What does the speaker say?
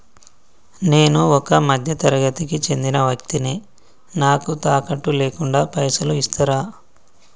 నేను ఒక మధ్య తరగతి కి చెందిన వ్యక్తిని నాకు తాకట్టు లేకుండా పైసలు ఇస్తరా?